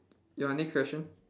your next question